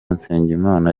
nsengimana